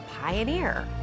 pioneer